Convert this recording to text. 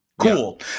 Cool